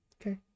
Okay